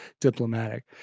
diplomatic